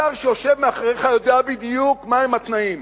השר שיושב מאחוריך יודע בדיוק מה הם התנאים.